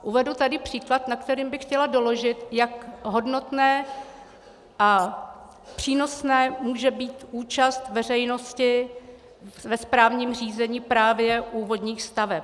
Uvedu tady příklad, na kterém bych chtěla doložit, jak hodnotná a přínosná může být účast veřejnosti ve správním řízení právě u vodních staveb.